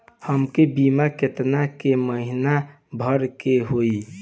हमके बीमा केतना के महीना भरे के होई?